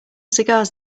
cigars